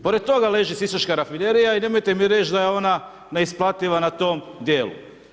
Pored toga leži Sisačka rafinerija i nemojte mi reći da je ona neisplativa na tom dijelu.